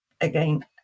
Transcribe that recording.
Again